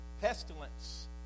Pestilence